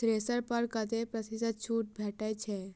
Thresher पर कतै प्रतिशत छूट भेटय छै?